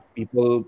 People